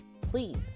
Please